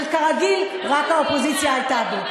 אבל כרגיל רק האופוזיציה הייתה בו.